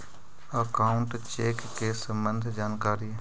Account check के सम्बन्ध जानकारी?